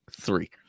three